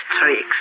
tricks